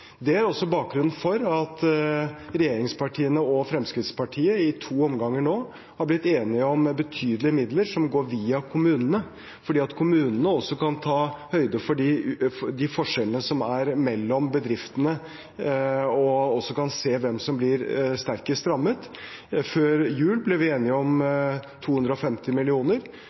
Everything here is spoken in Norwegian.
Det er også bakgrunnen for at regjeringspartiene og Fremskrittspartiet i to omganger nå har blitt enige om betydelige midler som går via kommunene, for kommunene kan ta høyde for forskjellene mellom bedriftene og kan også se hvem som blir sterkest rammet. Før jul ble vi enige om 250